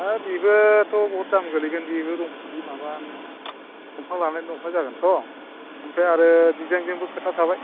हाब बेबोथ' बहुथ दाम गोलैगोन बेबो बे माबानानै दंफा लायै दंफां जागोनथ' आमफ्राय आरो डिजाइनजोंबो खोथा थाबाय